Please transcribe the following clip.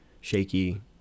shaky